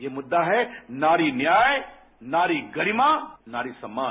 ये मुद्दा है नारी न्याय नारी गरिमा नारी सम्मान